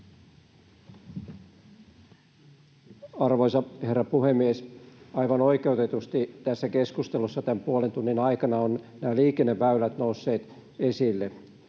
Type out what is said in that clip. Arvoisa herra puhemies! Aivan oikeutetusti tässä keskustelussa tämän puolen tunnin aikana ovat nämä liikenneväylät nousseet esille